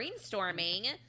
brainstorming